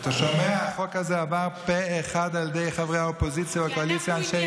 החוק הזה עבר פה אחד על ידי חברי האופוזיציה והקואליציה.